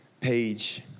page